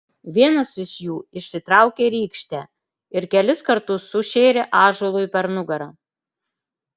vienas iš jų išsitraukė rykštę ir kelis kartus sušėrė ąžuolui per nugarą